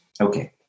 Okay